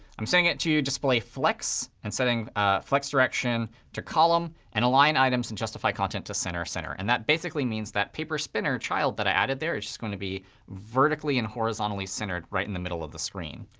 i'm setting it to display flex and setting ah flex direction to column and align items and justify content to center, center. and that basically means that paper spinner trial that i added there is going to be vertically and horizontally centered right in the middle of the screen.